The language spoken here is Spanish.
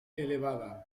elevada